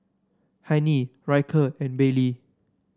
Hennie Ryker and Baylie